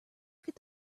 could